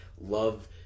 love